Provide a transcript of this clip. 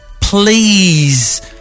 Please